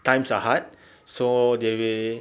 times are hard so they will